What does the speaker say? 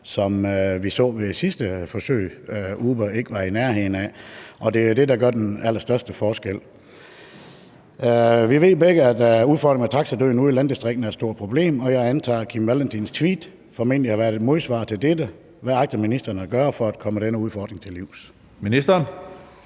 som vi så ved sidste forsøg at Uber ikke var i nærheden af at leve op til. Det er jo det, der gør den allerstørste forskel. Vi ved begge, at udfordringen med taxadøden ude i landdistrikterne er et stort problem, og jeg antager, at Kim Valentins tweet formentlig har været et modsvar til dette. Hvad agter ministeren at gøre for at komme denne udfordring til livs? Kl.